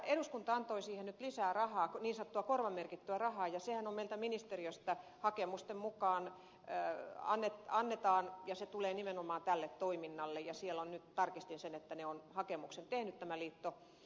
eduskunta antoi siihen nyt lisää rahaa niin sanottua korvamerkittyä rahaa ja sehän meiltä ministeriöstä hakemusten mukaan annetaan ja se tulee nimenomaan tälle toiminnalle ja siellä on nyt tarkistin sen tämän liiton hakemus